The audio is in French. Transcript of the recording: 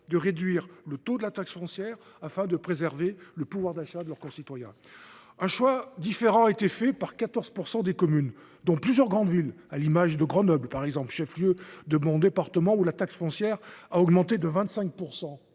de réduire le taux de la taxe foncière afin de préserver le pouvoir d’achat de leurs administrés. Un choix différent a été fait par 14 % des communes, dont plusieurs grandes villes, à l’image de Grenoble, chef-lieu de mon département, où la taxe foncière a augmenté de 25